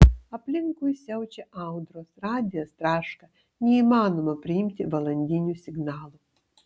aplinkui siaučia audros radijas traška neįmanoma priimti valandinių signalų